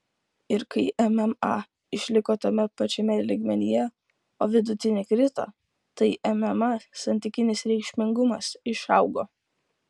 ir kai mma išliko tame pačiame lygmenyje o vidutinė krito tai mma santykinis reikšmingumas išaugo